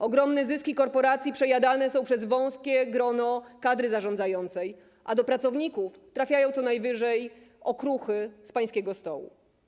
Ogromne zyski korporacji przejadane są przez wąskie grono kadry zarządzającej, a do pracowników trafiają co najwyżej okruchy z pańskiego stołu.